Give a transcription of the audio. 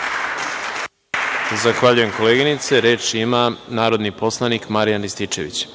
**Đorđe Milićević** Zahvaljujem, koleginice. Reč ima narodni poslanik Marijan Rističević.